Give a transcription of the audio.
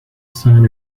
sign